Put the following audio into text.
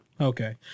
Okay